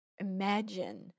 imagine